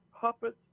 puppets